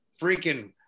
freaking